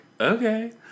okay